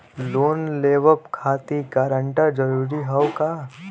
Loan लेवब खातिर guarantor जरूरी हाउ का?